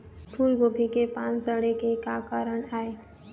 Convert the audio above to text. फूलगोभी के पान सड़े के का कारण ये?